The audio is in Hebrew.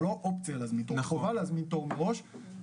זו לא אופציה להזמין תור,